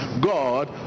God